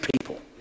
people